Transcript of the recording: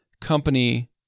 company